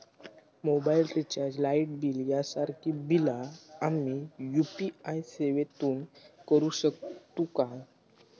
Mobile recharge, light bill यांसारखी बिला आम्ही यू.पी.आय सेवेतून करू शकतू काय?